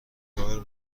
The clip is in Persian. کار